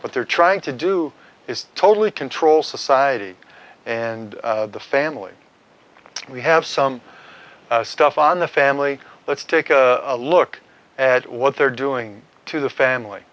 what they're trying to do is to totally control society and the family we have some stuff on the family let's take a look at what they're doing to the family